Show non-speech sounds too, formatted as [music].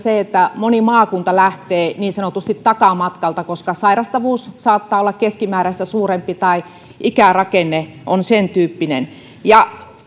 että moni maakunta lähtee niin sanotusti takamatkalta koska sairastavuus saattaa olla keskimääräistä suurempi tai ikärakenne on sentyyppinen ja [unintelligible]